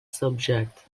subject